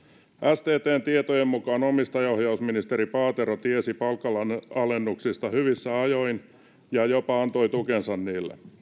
sttn tietojen mukaan omistajaohjausministeri paatero tiesi palkanalennuksista hyvissä ajoin ja jopa antoi tukensa niille